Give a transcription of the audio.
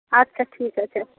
আচ্ছা ঠিক আছে